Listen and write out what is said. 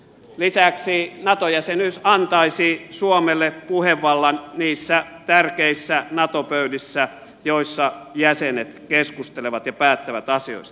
lisäksi nato jäsenyys antaisi suomelle puhevallan niissä tärkeissä nato pöydissä joissa jäsenet keskustelevat ja päättävät asioista